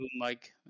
mic